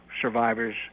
survivors